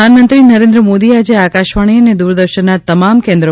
પ્રધાનમંત્રી નરેન્દ્ર મોદી આજે આકાશવાણી અને દૂરદર્શનનાં તમામ કેન્દ્રો